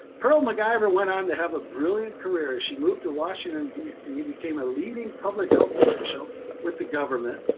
pearl mciver went on to have a brilliant career. she moved to washington d c, became a leading public health official with the government,